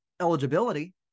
eligibility